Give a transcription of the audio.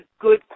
good